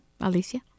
Alicia